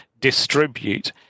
distribute